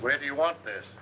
where do you want this